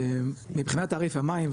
מבחינת תעריף המים,